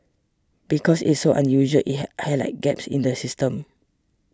because it's so unusual it high highlights gaps in the system